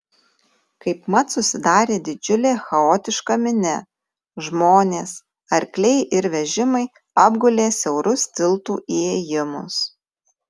kaipmat susidarė didžiulė chaotiška minia žmonės arkliai ir vežimai apgulė siaurus tiltų įėjimus